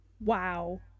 Wow